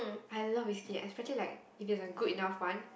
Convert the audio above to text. I love whiskey especially like if it's a good enough one